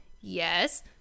Yes